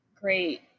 great